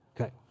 Okay